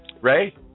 Ray